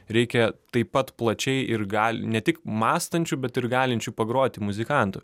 reikia taip pat plačiai ir gal ne tik mąstančių bet ir galinčių pagroti muzikantų